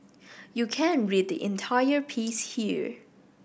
you can read the entire piece here